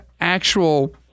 actual